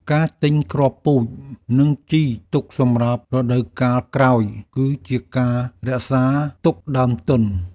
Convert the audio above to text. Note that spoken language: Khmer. ការទិញគ្រាប់ពូជ និងជីទុកសម្រាប់រដូវកាលក្រោយ គឺជាការរក្សាទុកដើមទុន។